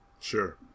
Sure